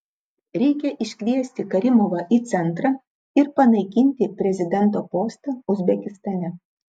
reikia iškviesti karimovą į centrą ir panaikinti prezidento postą uzbekistane